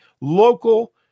local